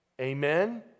Amen